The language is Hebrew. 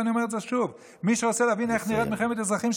ואני אומר את זה שוב: מי שרוצה להבין איך נראית מלחמת אזרחים,